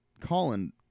Colin